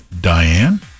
Diane